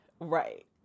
right